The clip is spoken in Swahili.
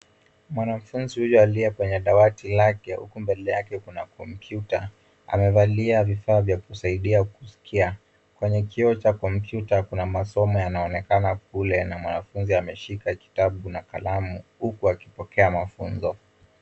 Mwanafunzi huyu aliye kwenye dawati lake huku mbele yake kuna kompyuta. Amevalia vifaa vya kusaidia kusikia. Kwenye kioo cha kompyuta kuna masomo yanaonekana kule na mwanafunzi ameshika kitabu na kalamu huku akipokea mafunzo.